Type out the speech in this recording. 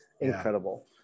incredible